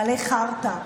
מלא חרטא.